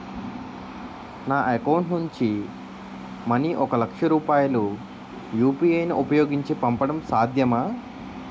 నా అకౌంట్ నుంచి మనీ ఒక లక్ష రూపాయలు యు.పి.ఐ ను ఉపయోగించి పంపడం సాధ్యమా?